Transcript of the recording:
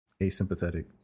asympathetic